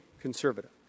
conservative